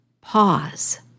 pause